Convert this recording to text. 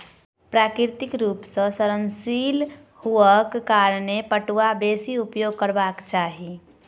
प्राकृतिक रूप सॅ सड़नशील हुअक कारणें पटुआ बेसी उपयोग करबाक चाही